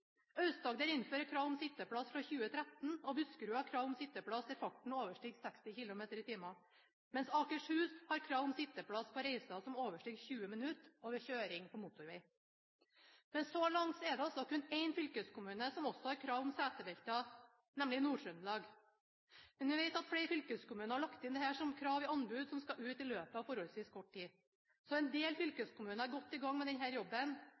Aust-Agder innfører krav om sitteplass fra 2013, Buskerud har krav om sitteplass der farten overstiger 60 km/t, mens Akershus har krav om sitteplass på reiser som overstiger 20 minutter og ved kjøring på motorvei. Så langt er det altså kun én fylkeskommune som også har krav om setebelter, nemlig Nord-Trøndelag. Men vi vet at flere fylkeskommuner har lagt inn dette som krav i anbud som skal ut i løpet av forholdsvis kort tid. Så en del fylkeskommuner er godt i gang med denne jobben,